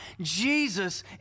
Jesus